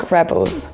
Rebels